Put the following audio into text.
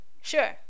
sure